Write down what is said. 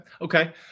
Okay